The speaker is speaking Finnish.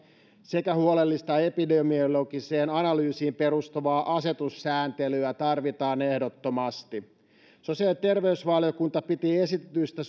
sekä huolellista epidemiologiseen analyysiin perustuvaa asetussääntelyä tarvitaan ehdottomasti sosiaali ja terveysvaliokunta piti esitetyistä